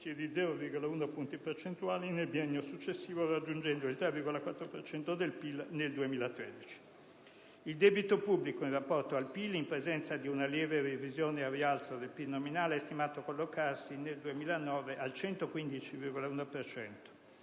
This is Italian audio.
di 0,1 punti percentuali nel biennio successivo, raggiungendo il 3,4 per cento del PIL nel 2013. Il debito pubblico in rapporto al PIL, in presenza di una lieve revisione al rialzo del PIL nominale, è stimato collocarsi nel 2009 al 115,1